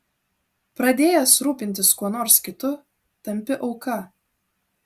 pradėjęs rūpintis kuo nors kitu tampi auka